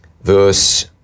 Verse